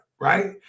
right